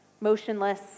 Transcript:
motionless